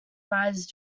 rise